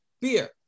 beer